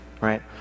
right